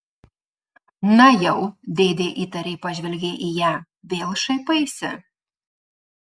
na jau dėdė įtariai pažvelgė į ją vėl šaipaisi